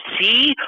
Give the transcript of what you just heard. see